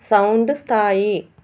sound స్థాయి